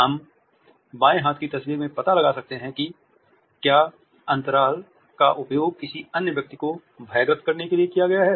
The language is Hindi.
हम बाएँ हाथ की तस्वीरों में पता लगा सकते हैं कि क्या अन्तराल का उपयोग किसी अन्य व्यक्ति को भय ग्रस्त के लिए किया गया है